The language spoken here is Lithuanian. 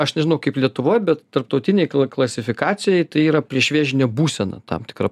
aš nežinau kaip lietuvoj bet tarptautinėj klasifikacijoj yra priešvėžinė būsena tam tikra